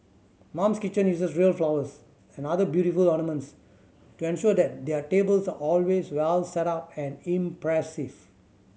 Mum's Kitchen uses real flowers and other beautiful ornaments to ensure that their tables always well setup and impressive